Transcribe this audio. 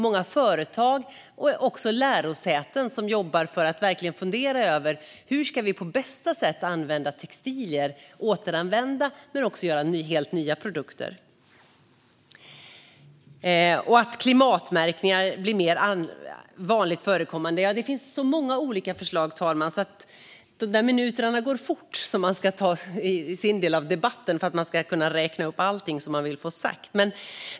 Många företag och lärosäten jobbar med detta och funderar över hur vi på bästa sätt ska använda textilier genom att återanvända dem men också göra helt nya produkter. Vi vill även att klimatmärkningar blir mer vanligt förekommande. Det finns så många olika förslag, herr talman, att de där minuterna man har i debatten går fort när man ska räkna upp allting som man vill få sagt.